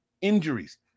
injuries